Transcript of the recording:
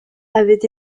avaient